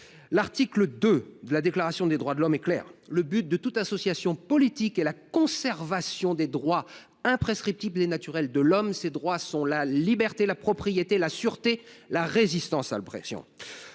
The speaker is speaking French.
L’article 2 de la Déclaration des droits de l’homme et du citoyen est clair :« Le but de toute association politique est la conservation des droits naturels et imprescriptibles de l’homme. Ces droits sont la liberté, la propriété, la sûreté, et la résistance à l’oppression.